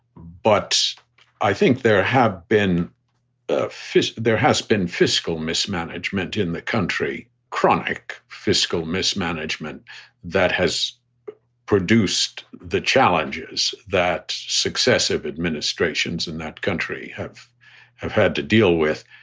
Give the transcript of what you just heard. but i think there have been ah fish, there has been fiscal mismanagement in the country, chronic fiscal mismanagement that has produced the challenges that successive administrations in that country have have had to deal with.